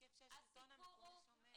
הסיפור הוא